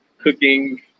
cooking